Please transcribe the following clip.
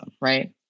right